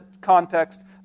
context